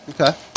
Okay